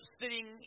sitting